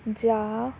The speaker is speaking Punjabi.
ਜਾਂ